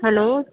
hello